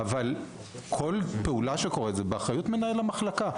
אבל כל פעולה שקורית זה באחריות מנהל המחלקה.